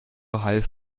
half